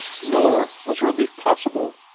nor was relief possible,